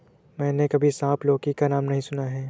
मैंने कभी सांप लौकी का नाम नहीं सुना है